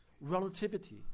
relativity